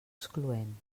excloent